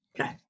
Okay